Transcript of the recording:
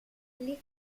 listed